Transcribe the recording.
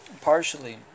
partially